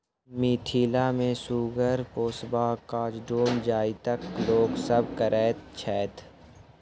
मिथिला मे सुगर पोसबाक काज डोम जाइतक लोक सभ करैत छैथ